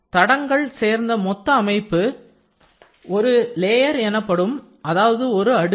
தடங்கல் சேர்ந்த மொத்த அமைப்பு ஒரு லேயர் எனப்படும் அதாவது ஒரு அடுக்கு